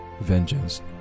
vengeance